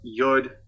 yud